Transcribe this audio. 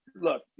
Look